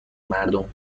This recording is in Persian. مردم